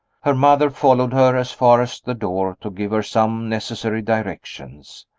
her mother followed her as far as the door, to give her some necessary directions.